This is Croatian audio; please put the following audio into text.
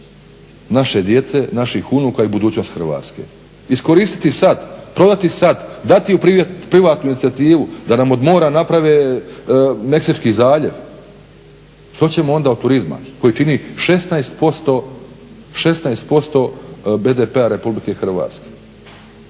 naše djece, naših unuka i budućnost Hrvatske. Iskoristiti sada, prodati sada, dati u privatnu inicijativu da nam od mora naprave Meksički zaljev. Što ćemo onda od turizma, koji čini 16% BDP-a Republike Hrvatske,